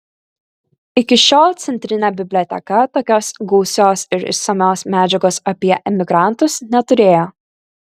iki šiol centrinė biblioteka tokios gausios ir išsamios medžiagos apie emigrantus neturėjo